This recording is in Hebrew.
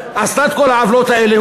שעשה את כל העוולות האלה,